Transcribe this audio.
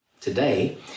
Today